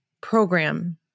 program